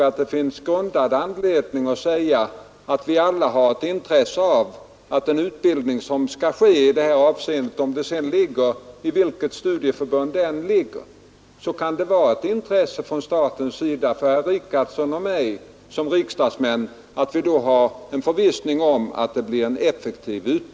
Jag tycker nog att det kan vara av intresse för staten och för herr Richardson och mig som riksdagsmän, att den utbildning som skall ges invandrarna blir effektiv.